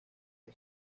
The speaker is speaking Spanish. que